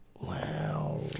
Wow